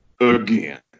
again